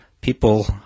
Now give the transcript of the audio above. people